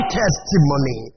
testimony